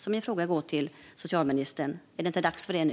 Min fråga till socialministern är därför: Är det inte dags för det nu?